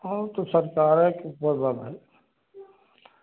हाओ तो सरकारें कि